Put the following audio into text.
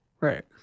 Right